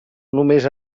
només